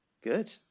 Good